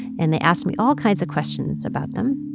and they asked me all kinds of questions about them.